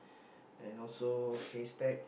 and also haystack